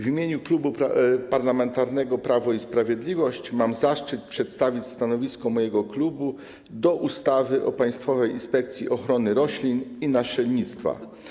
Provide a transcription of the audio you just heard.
W imieniu Klubu Parlamentarnego Prawo i Sprawiedliwość mam zaszczyt przedstawić stanowisko mojego klubu co do projektu ustawy o Państwowej Inspekcji Ochrony Roślin i Nasiennictwa.